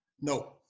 No